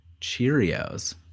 Cheerios